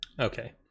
Okay